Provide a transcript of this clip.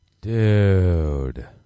Dude